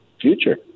future